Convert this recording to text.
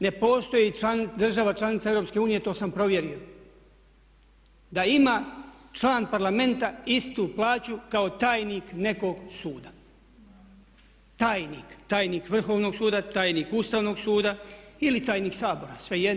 Ne postoji država članica EU to sam provjerio, da ima član Parlamenta istu plaću kao tajnik nekog suda, tajnik, tajnik Vrhovnog suda, tajnik Ustavnog suda ili tajnik Sabora, svejedno.